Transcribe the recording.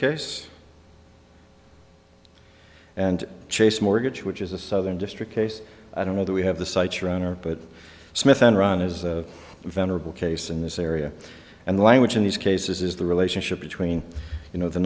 case and chase mortgage which is a southern district case i don't know that we have the site your honor but smith enron is a venerable case in this area and the language in these cases is the relationship between you know the